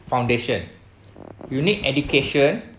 foundation you need education